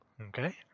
Okay